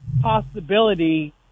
possibility